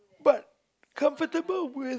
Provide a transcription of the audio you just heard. but comfortable with